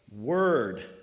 word